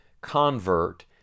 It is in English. convert